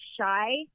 shy